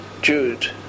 Jude